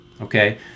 okay